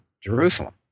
Jerusalem